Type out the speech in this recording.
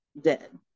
dead